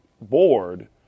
board